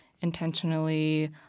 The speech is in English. intentionally